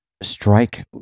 strike